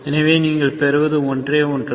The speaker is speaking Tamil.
எனவே நீங்கள் பெறுவது ஒன்றே ஒன்றுதான்